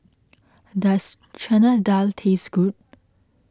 does Chana Dal taste good